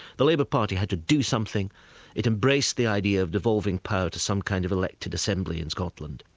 the labour party had to do something it embraced the idea of devolving power to some kind of elected assembly in scotland.